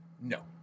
No